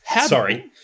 Sorry